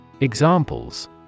Examples